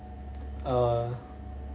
err